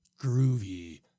groovy